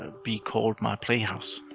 ah be called my playhouse.